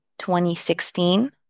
2016